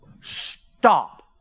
stop